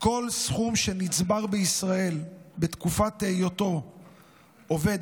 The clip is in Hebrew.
כל סכום שנצבר בישראל בתקופת היותו עובד